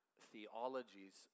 theologies